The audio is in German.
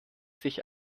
sich